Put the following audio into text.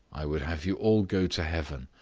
i would have you all go to heaven.